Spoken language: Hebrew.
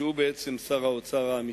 שהוא בעצם שר האוצר האמיתי.